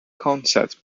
concept